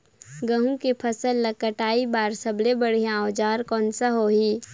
गहूं के फसल ला कटाई बार सबले बढ़िया औजार कोन सा होही?